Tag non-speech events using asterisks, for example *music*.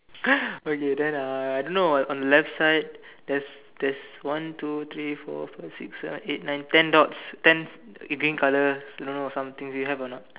*noise* okay then uh I don't know on on the left side there's there's one two three four five six seven eight nine ten dots ten eh green color don't know some things you have or not